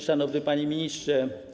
Szanowny Panie Ministrze!